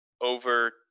over